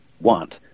want